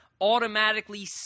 automatically